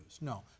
No